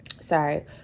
Sorry